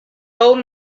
old